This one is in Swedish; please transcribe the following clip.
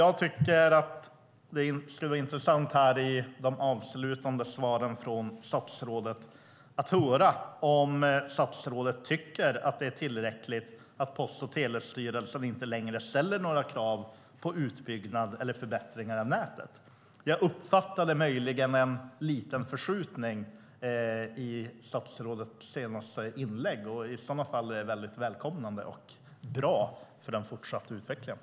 Jag tycker att det skulle vara intressant att i de avslutande svaren från statsrådet höra om statsrådet tycker att det är tillräckligt att Post och telestyrelsen inte längre ställer några krav på utbyggnad eller förbättringar av nätet. Jag uppfattade möjligen en liten förskjutning i statsrådets senaste inlägg. I sådana fall är det väldigt välkommet och bra för den fortsatta utvecklingen.